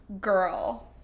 Girl